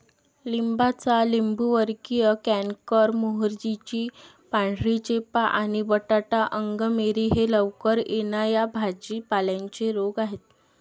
लिंबाचा लिंबूवर्गीय कॅन्कर, मोहरीची पांढरी चेपा आणि बटाटा अंगमेरी हे लवकर येणा या भाजी पाल्यांचे रोग आहेत